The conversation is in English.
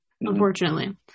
Unfortunately